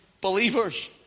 believers